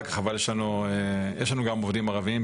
יש לנו גם עובדים ערביים,